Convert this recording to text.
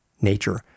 nature